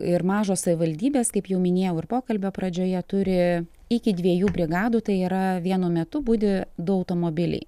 ir mažos savivaldybės kaip jau minėjau ir pokalbio pradžioje turi iki dviejų brigadų tai yra vienu metu budi du automobiliai